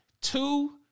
Two